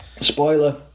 Spoiler